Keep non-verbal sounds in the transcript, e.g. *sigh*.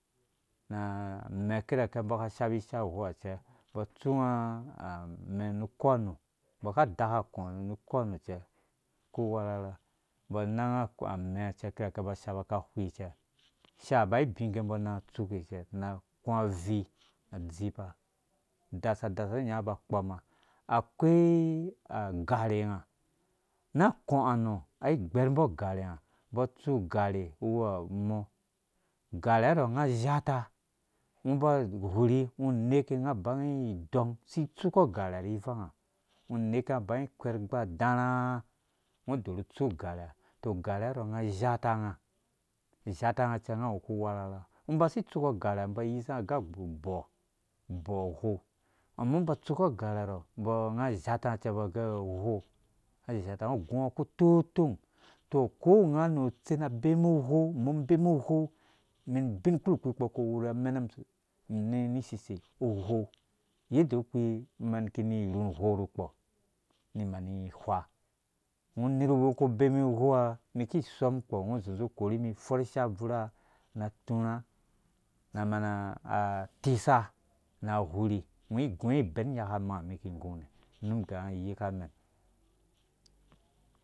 Amɛ kirkɛ umbɔ aka ashapi ishaa uwou ha cɛ umbɔ atsu unga amɛ nu ukwanu umbɔ aka qadaka akɔɔ nu ukwanu cɛ ku uwarara umbɔ anang amɛɛ kirakɛ umbɔ aka ashapa ka ahwii cɛ ishaa iba iki ibingge umbɔ ananga atsuke cɛ na aku avii adzipa adasa dasa ungo inyaɔ ada akpɔma akoi a garhe unga na akɔɔ ha nɔ ai igbɛrhmbɔ agarhunga umbo atsu garhe uwu ha mɔ garhe rɔ unga izhata ungo uba ugwiri ungo uneke unga abangi idɔng si itsukɔ garhe ri ivang ha ungo uneka unga abangi ikurer ugba darhaa ungo udɔrha utsu ugharhe tɔ garhe rɔ unga izhata nga zhatanga cɛ unga awu uku warara ungo uba usi itsukɔ ugarhe umbɔ ayisan unga agɛ abubɔ unbɔ uwou am ungo uba utsukɔ agarherɔ umbɔ unga a zhata nga cɛ umbɔ agɛ uwou unga unga a zhata ungo igu uku to tɔmg tɔ ko ungaa nu utsen abemu uwou umum ibemu uwou ni ubin kpurkpi kpɔ uku uwura amɛnmum *hesitation* niisisei uwou uyede kpurkpi umɛn iki ni irhum uwou kpɔ ni mani ihwa ungo. unerwi uku ubemu uwou ha umum iki isɔm kpɔ ungo uzi uzi ukore umbi aforh ishaa bvurha na aturã na mana atisa na agwiri. ungo iguɔ ibɛn nu nyakama iki ingu nɛ unum iganga ayika umen